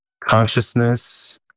consciousness